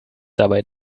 dabei